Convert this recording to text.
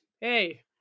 hey